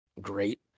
great